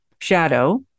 Shadow